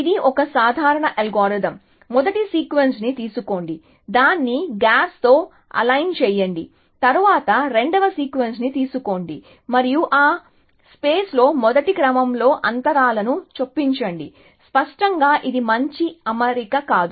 ఇది ఒక సాధారణ అల్గోరిథం మొదటి సీక్వెన్స్ ని తీసుకోండి దాన్ని గాప్స్ తో అలైన్ చేయండి తరువాత రెండవ సీక్వెన్స్ ని తీసుకోండి మరియు ఆ స్పేస్ లో మొదటి క్రమంలో అంతరాలను చొప్పించండి స్పష్టంగా ఇది మంచి అమరిక కాదు